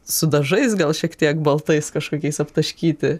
su dažais gal šiek tiek baltais kažkokiais aptaškyti